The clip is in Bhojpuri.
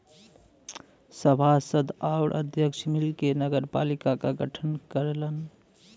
सभासद आउर अध्यक्ष मिलके नगरपालिका क गठन करलन